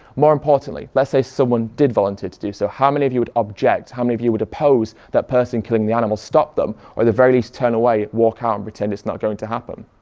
more importantly let's say someone did volunteer to do so, how many of you would object? how many of you would oppose that person killing the animal, stop them or at the very least turn away, walk out and pretend it's not going to happen?